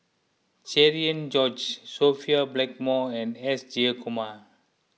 Cherian George Sophia Blackmore and S Jayakumar